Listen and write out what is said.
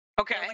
Okay